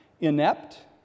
inept